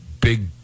big